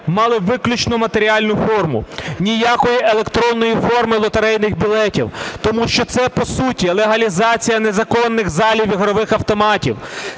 мали виключно матеріальну форму, ніякої електронної форми лотерейних білетів, тому що це, по суті, легалізація незаконних залів ігрових автоматів.